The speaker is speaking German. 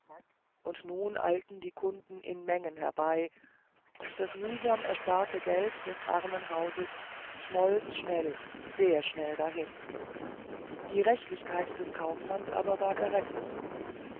und nun eilten die kunden in mengen herbei und das mühsam ersparte geld des armen hauses schmolz schnell sehr schnell dahin die rechtlichkeit des kaufmanns aber war gerettet